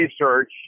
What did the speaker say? research